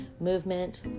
movement